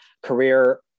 career